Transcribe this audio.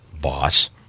boss